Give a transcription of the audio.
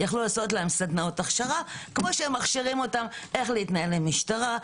יכלו לעשות להם סדנאות הכשרה כפי שמכשירים אותם איך להתנהל עם משטרה,